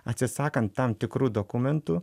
atsisakant tam tikrų dokumentų